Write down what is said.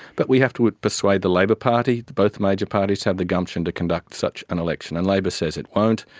but we have to persuade the labor party, both major parties have the gumption to conduct such an election. and labor says it won't.